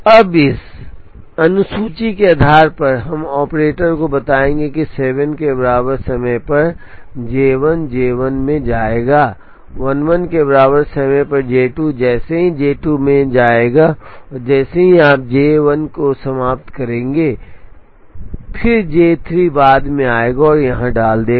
अब इस अनुसूची के आधार पर हम ऑपरेटर को बताएंगे कि 7 के बराबर समय पर J 1 J 1 में आएगा 11 के बराबर समय पर J 2 जैसे ही J 2 आएगा जैसे ही आप J को समाप्त करेंगे 1 और फिर जे 3 बाद में आएगा और यहां डाल देगा